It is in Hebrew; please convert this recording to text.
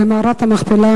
במערת המכפלה,